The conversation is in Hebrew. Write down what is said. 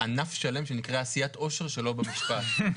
ענף שלם שנקרא עשיית עושר שלא במשפט.